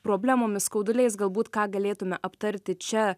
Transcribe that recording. problemomis skauduliais galbūt ką galėtume aptarti čia